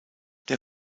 der